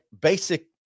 basic